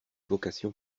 vocation